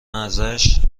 ازش